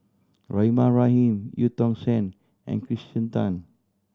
Rahimah Rahim Eu Tong Sen and Kirsten Tan